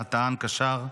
הטען-קשר,